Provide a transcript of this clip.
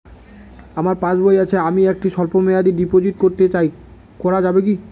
আমার পাসবই আছে আমি একটি স্বল্পমেয়াদি ডিপোজিট করতে চাই করা যাবে কি?